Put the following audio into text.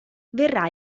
verrà